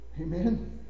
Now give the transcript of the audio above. Amen